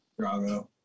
Drago